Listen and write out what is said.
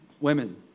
women